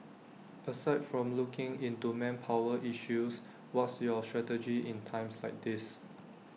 aside from looking into manpower issues what's your strategy in times like these